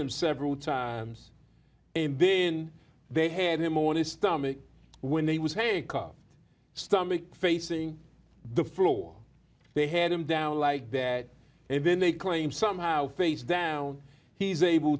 him several times and been they had him on his stomach when he was a cop stomach facing the floor they had him down like that and then they claim somehow face down he's able